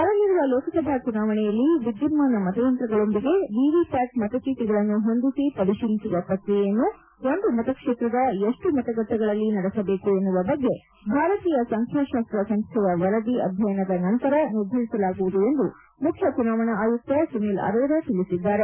ಬರಲಿರುವ ಲೋಕಸಭಾ ಚುನಾವಣೆಯಲ್ಲಿ ವಿದ್ಯುನ್ನಾನ ಮತಯಂತ್ರಗಳೊಂದಿಗೆ ವಿವಿ ಪ್ಲಾಟ್ ಮತಚೀಟಗಳನ್ನು ಹೊಂದಿಸಿ ಪರಿತೀಲಿಸುವ ಪ್ರಕ್ರಿಯೆಯನ್ನು ಒಂದು ಮತಕ್ಷೇತ್ರದ ಎಷ್ಟು ಮತಗಟ್ಟೆಗಳಲ್ಲಿ ನಡೆಸಬೇಕು ಎನ್ನುವ ಬಗ್ಗೆ ಭಾರತೀಯ ಸಂಬ್ಲಾಪಾಸ್ತ ಸಂಸ್ನೆಯ ವರದಿ ಅಧ್ಯಯನದ ನಂತರ ನಿರ್ಧರಿಸಲಾಗುವುದು ಎಂದು ಮುಖ್ಯ ಚುನಾವಣಾ ಆಯುಕ್ತ ಸುನೀಲ್ ಅರೋರಾ ತಿಳಿಸಿದ್ದಾರೆ